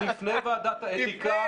אני אפנה לוועדת האתיקה.